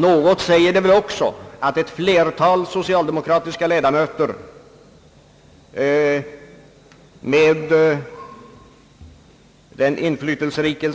Något säger det väl också, att ett flertal socialdemokratiska ledamöter med den inflytelserike